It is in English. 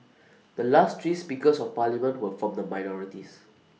the last three speakers of parliament were from the minorities